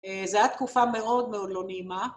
זה היה תקופה מאוד מאוד לא נעימה.